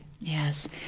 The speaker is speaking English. Yes